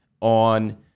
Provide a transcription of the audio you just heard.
on